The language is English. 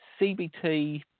CBT